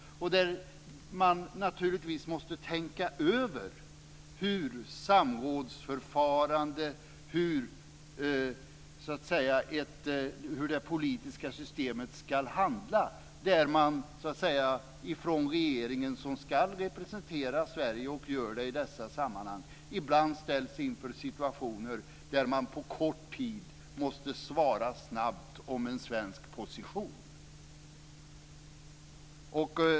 Man måste naturligtvis tänka över samrådsförfarandet och hur man i det politiska systemet ska handla. Regeringen ska ju representera Sverige och gör det i dessa sammanhang, men ibland ställs man inför situationer där man på kort tid måste ge ett snabbt svar om den svenska positionen.